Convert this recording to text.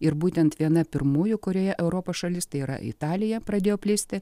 ir būtent viena pirmųjų kurioje europos šalis tai yra italija pradėjo plisti